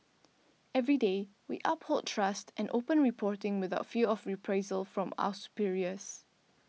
every day we uphold trust and open reporting without fear of reprisal from our superiors